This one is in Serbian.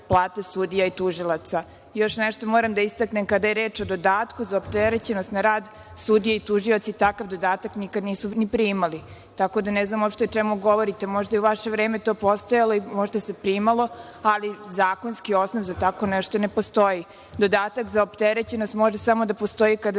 plate sudija i tužilaca. Još nešto moram da istaknem kada je reč o dodatku za opterećenost na rad sudije i tužioca, takav dodatak nikad nisu ni primali. Tako da ne znam uopšte o čemu govorite. Možda je u vaše vreme to postojalo i možda se primalo, ali zakonski osnov za tako nešto ne postoji. Dodatak za opterećenost može samo da postoji kada